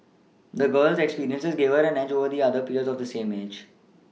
the girls experiences gave her an edge over the other peers of the same age